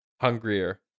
Hungrier